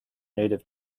native